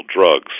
drugs